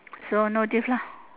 so no diff lah